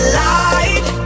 light